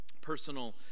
Personal